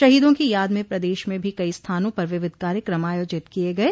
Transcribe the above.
शहीदों की याद में प्रदेश में भी कई स्थानों पर विविध कार्यक्रम आयोजित किए गये